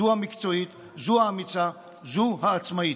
זו המקצועית, זו האמיצה, זו העצמאית.